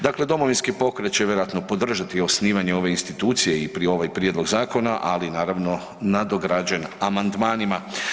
Dakle, Domovinski pokret će vjerojatno podržati osnivanje ove institucije i ovaj prijedlog zakona, ali naravno nadograđen amandmanima.